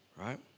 right